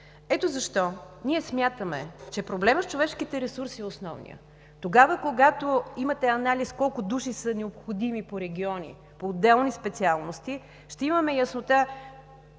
Ето защо ние смятаме, че основният проблем е с човешките ресурси. Тогава, когато имате анализ колко души са необходими по региони, по отделни специалности, ще имаме яснота